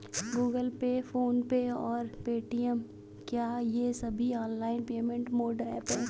Google Pay PhonePe और Paytm क्या ये सभी ऑनलाइन पेमेंट मोड ऐप हैं?